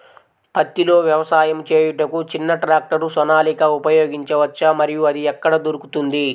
పత్తిలో వ్యవసాయము చేయుటకు చిన్న ట్రాక్టర్ సోనాలిక ఉపయోగించవచ్చా మరియు అది ఎక్కడ దొరుకుతుంది?